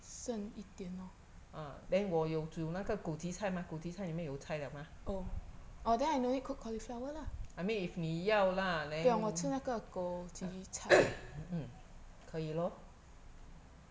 ah then 我有煮那个枸杞菜嘛枸杞菜里面有菜了嘛 I mean if 你要啦 可以 lor